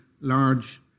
large